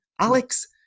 Alex